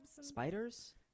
Spiders